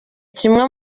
kimwe